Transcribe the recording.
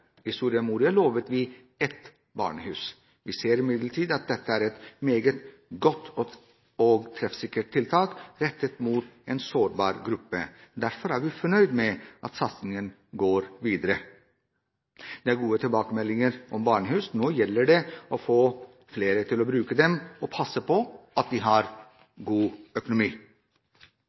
I Soria Moria-erklæringen lovte vi et barnehus. Vi ser imidlertid at dette er et meget godt og treffsikkert tiltak rettet mot en sårbar gruppe. Derfor er vi fornøyd med at satsingen går videre. Det er gode tilbakemeldinger om barnehus. Nå gjelder det å få flere til å bruke dem og passe på at de har god økonomi.